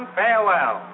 farewell